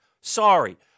Sorry